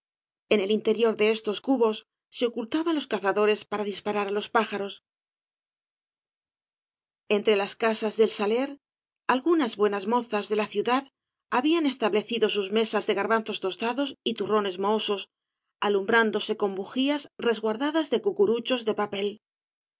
en el interior de estos cubos se ocultaban los cazadores para disparar á los pájaros entre las casas del saler algunas buenas mozas de la ciudad habían establecido sus mesas de garbanzos tostados y turrones mohosos alumbran dose con bujías resguardadas por cucuruchos de papel en